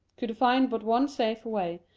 could find but one safe way,